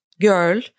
girl